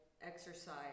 exercise